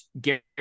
Gary